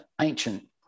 ancient